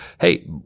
hey